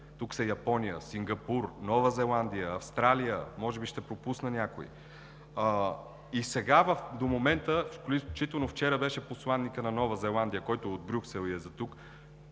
тук са Япония, Сингапур, Нова Зеландия, Австралия, може би ще пропусна някои. И сега до момента, включително вчера беше посланикът на Нова Зеландия, който е от Брюксел и е за тук,